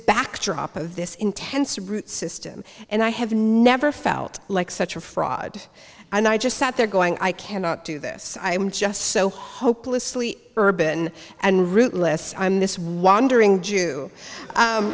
backdrop of this intense root system and i have never felt like such a fraud and i just sat there going i cannot do this i am just so hopelessly urban and rootless this wandering jew